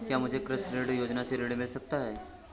क्या मुझे कृषि ऋण योजना से ऋण मिल सकता है?